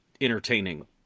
entertaining